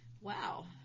Wow